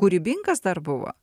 kūrybingas dar buvo